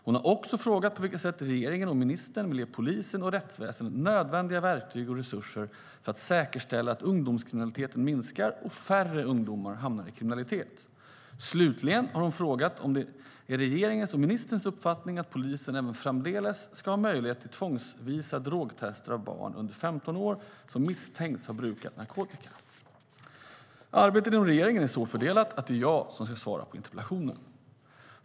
Hon har också frågat på vilket sätt regeringen och ministern vill ge polisen och rättsväsendet nödvändiga verktyg och resurser för att säkerställa att ungdomskriminaliteten minskar och att färre ungdomar hamnar i kriminalitet. Slutligen har hon frågat om det är regeringens och ministerns uppfattning att polisen även framdeles ska ha möjlighet till tvångsvisa drogtester av barn under 15 år som misstänks ha brukat narkotika. Arbetet inom regeringen är så fördelat att det är jag som ska svara på interpellationen.